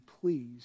please